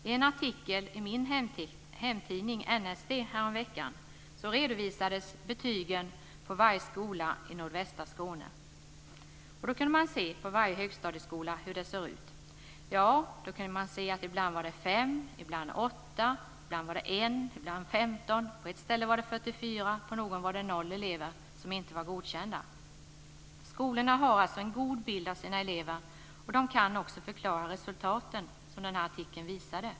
I en artikel i min hemtidning NST häromveckan redovisades betygen på varje skola i nordvästra Skåne. Då kunde man se på varje högstadieskola hur det såg ut. Då kunde man se att det ibland var fem, ibland åtta, ibland 15 och på ett ställe Skolorna har alltså en god bild av sina elever. De kan också förklara resultaten, som den här artikeln visade.